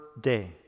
day